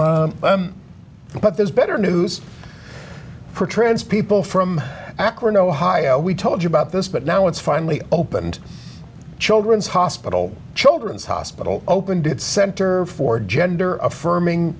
been but there's better news for trans people from akron ohio we told you about this but now it's finally opened children's hospital children's hospital opened its center for gender affirming